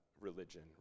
religion